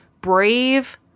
brave